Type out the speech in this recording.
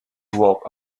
walk